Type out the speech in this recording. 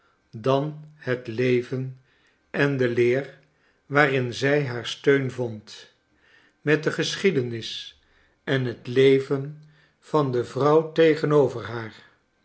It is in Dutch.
dan het leven en de leer waarin zij haar steun vond met de geschiedenis en het leven van de vrouw tegenover haar